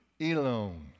Elon